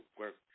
work